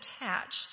attached